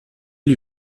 lui